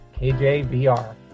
KJVR